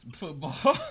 football